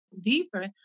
deeper